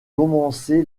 commencé